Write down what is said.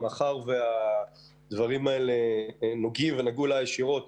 הדברים נגעו אלי ישירות ,